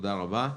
תודה רבה.